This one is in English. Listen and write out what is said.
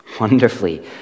wonderfully